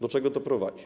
Do czego to prowadzi?